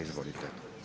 Izvolite.